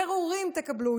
פירורים תקבלו,